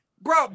bro